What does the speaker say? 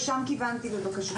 ולשם כיוונתי בבקשתי.